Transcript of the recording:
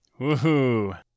Woohoo